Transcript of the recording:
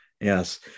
Yes